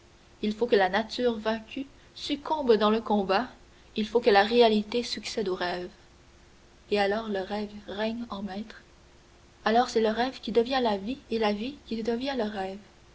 il faut que la nature vaincue succombe dans le combat il faut que la réalité succède au rêve et alors le rêve règne en maître alors c'est le rêve qui devient la vie et la vie qui devient le rêve